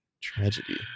tragedy